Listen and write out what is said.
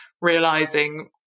realizing